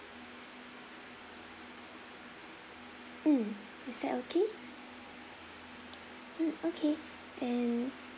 mm is that okay mm okay and